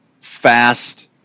fast